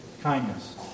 kindness